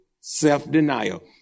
self-denial